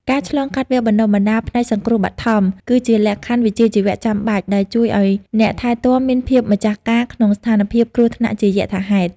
ការឆ្លងកាត់វគ្គបណ្តុះបណ្តាលផ្នែកសង្គ្រោះបឋម គឺជាលក្ខខណ្ឌវិជ្ជាជីវៈចាំបាច់ ដែលជួយឱ្យអ្នកថែទាំមានភាពម្ចាស់ការក្នុងស្ថានភាពគ្រោះថ្នាក់ជាយថាហេតុ។